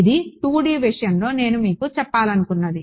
ఇది 2 డి విషయంలో నేను మీకు చెప్పాలనుకున్నది